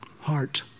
Heart